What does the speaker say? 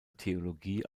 theologie